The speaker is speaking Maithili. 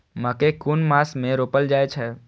मकेय कुन मास में रोपल जाय छै?